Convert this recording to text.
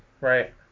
Right